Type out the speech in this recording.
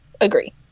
Agree